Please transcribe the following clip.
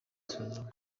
isuzuma